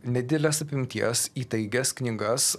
nedidelės apimties įtaigias knygas